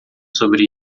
sobre